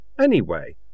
Anyway